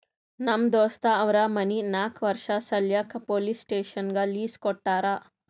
ನಮ್ ದೋಸ್ತ್ ಅವ್ರ ಮನಿ ನಾಕ್ ವರ್ಷ ಸಲ್ಯಾಕ್ ಪೊಲೀಸ್ ಸ್ಟೇಷನ್ಗ್ ಲೀಸ್ ಕೊಟ್ಟಾರ